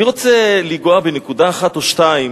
אני רוצה לנגוע בנקודה אחת או שתיים